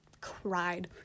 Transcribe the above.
cried